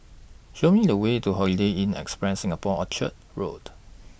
Show Me The Way to Holiday Inn Express Singapore Orchard Road